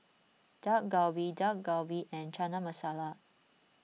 Dak Galbi Dak Galbi and Chana Masala